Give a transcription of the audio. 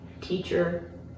teacher